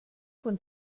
von